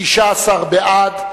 16 בעד,